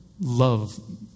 love